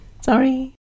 sorry